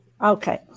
Okay